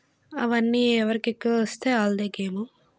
అవన్నీ ఎవరికి ఎక్కువ వస్తే వాళ్ళదే గేము